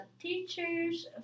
teachers